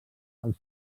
els